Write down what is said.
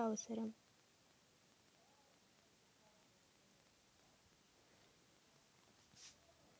మొక్కజొన్న రెండు ఎకరాలకు ఎంత పొటాషియం యూరియా అవసరం?